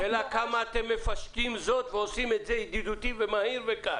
השאלה כמה אתם מפשטים זאת ועושים את זה ידידותי ומהיר וקל.